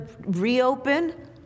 reopen